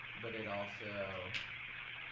but it also